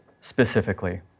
specifically